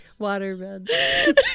Waterbed